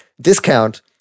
discount